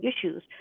issues